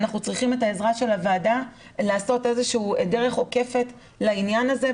אנחנו צריכים את העזרה של הוועדה לעשות איזושהי דרך עוקפת לעניין הזה,